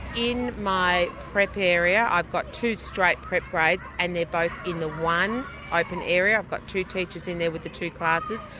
in my prep area i've got two straight prep grades and they're both in the one open area, i've got two teachers in there with the two classes.